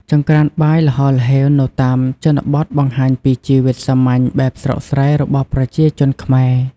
ចង្រ្កានបាយល្ហល្ហេវនៅតាមជនបទបង្ហាញពីជីវិតសាមញ្ញបែបស្រុកស្រែរបស់ប្រជាជនខ្មែរ។